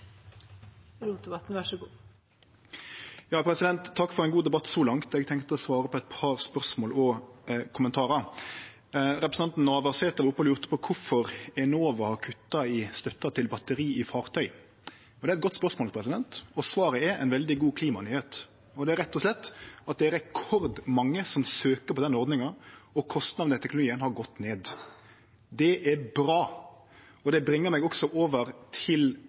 for ein god debatt så langt. Eg tenkte å svare på eit par spørsmål og kommentarar. Representanten Navarsete lurte på kvifor Enova har kutta i støtta til «Batteri i fartøy». Det er eit godt spørsmål, og svaret er ei veldig god klimanyheit. Det er rett og slett at det er rekordmange som søkjer på denne ordninga, og kostnadene til teknologien har gått ned. Det er bra, og det bringar meg over til